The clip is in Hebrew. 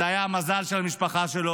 זה היה המזל של המשפחה שלו,